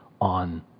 on